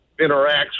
interacts